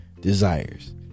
desires